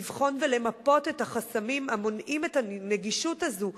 לבחון ולמפות את החסמים המונעים את הנגישות הזו,